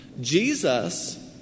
Jesus